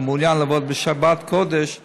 אינו מעוניין לעבוד בשבת קודש מאחרים?